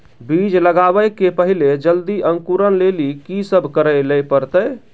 बीज लगावे के पहिले जल्दी अंकुरण लेली की सब करे ले परतै?